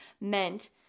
meant